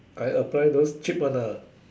I apply those cheap one ah